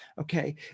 Okay